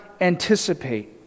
anticipate